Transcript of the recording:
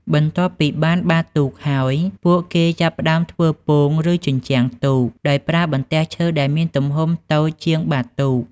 បន្ទាប់ពីបានបាតទូកហើយ ពួកគេចាប់ផ្តើមធ្វើ ពោង ឬ ជញ្ជាំងទូក ដោយប្រើបន្ទះឈើដែលមានទំហំតូចជាងបាតទូក។